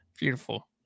Beautiful